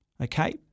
Okay